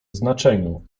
znaczeniu